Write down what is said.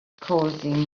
causing